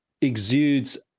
exudes